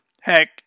heck